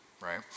right